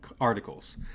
articles